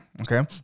Okay